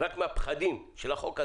רק מהפחדים של החוק הזה,